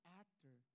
actor